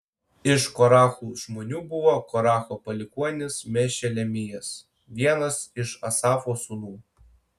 iš korachų žmonių buvo koracho palikuonis mešelemijas vienas iš asafo sūnų